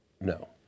No